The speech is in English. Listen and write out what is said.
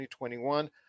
2021